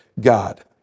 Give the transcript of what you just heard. God